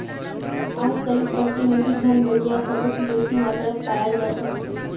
अजकालित प्रतिनिधि धन दुनियात सबस बेसी मात्रात पायाल जा छेक